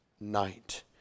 night